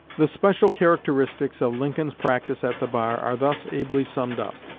the special characteristics of lincoln's practice at the bar are thus ably summed up